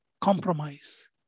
compromise